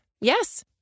Yes